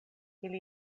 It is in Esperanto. ili